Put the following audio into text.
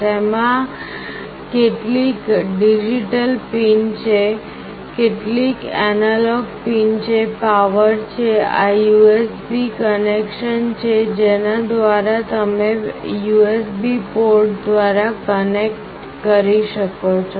તેમાં કેટલીક digital pin છે કેટલીક એનાલોગ પિન છે પાવર છે આ USB કનેક્શન છે જેના દ્વારા તમે USBપોર્ટ દ્વારા કનેક્ટ કરી શકો છો